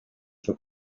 for